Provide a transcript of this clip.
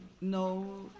No